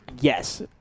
Yes